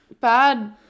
bad